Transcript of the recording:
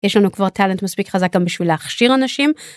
יש לנו כבר טאלנט מספיק חזק גם בשביל להכשיר אנשים.